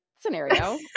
scenario